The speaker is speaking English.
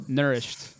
nourished